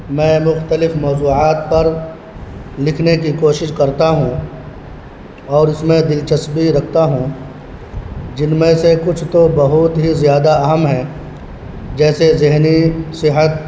میں مختلف موضوعات پر لکھنے کی کوشش کرتا ہوں اور اس میں دلچسپی رکھتا ہوں جن میں سے کچھ تو بہت ہی زیادہ اہم ہیں جیسے ذہنی صحت